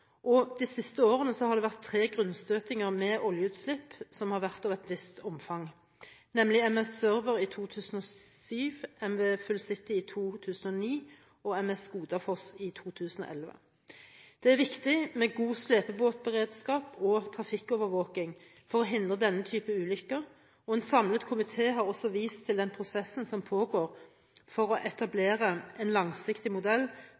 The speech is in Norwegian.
i de siste årene har det vært tre grunnstøtinger med oljeutslipp av et visst omfang, nemlig MS «Server» i 2007, MV «Full City» i 2009 og MS «Godafoss» i 2011. Det er viktig med god slepebåtberedskap og trafikkovervåking for å hindre denne type ulykker, og en samlet komite har også vist til den prosessen som pågår for å etablere en langsiktig modell